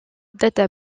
data